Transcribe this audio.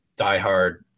diehard